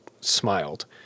smiled